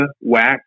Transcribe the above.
wax